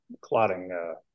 clotting